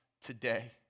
today